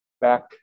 back